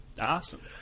Awesome